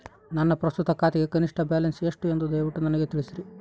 ನನ್ನ ಪ್ರಸ್ತುತ ಖಾತೆಗೆ ಕನಿಷ್ಠ ಬ್ಯಾಲೆನ್ಸ್ ಎಷ್ಟು ಎಂದು ದಯವಿಟ್ಟು ನನಗೆ ತಿಳಿಸ್ರಿ